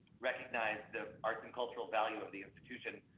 recognize the arts and cultural value of the institution.